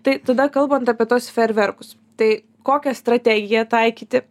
tai tada kalbant apie tuos fejerverkus tai kokią strategiją taikyti